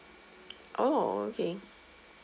oh okay